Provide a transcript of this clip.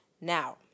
Now